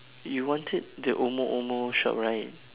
you wanted the omo omo shop right